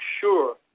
sure